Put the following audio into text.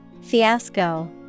Fiasco